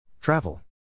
Travel